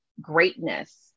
greatness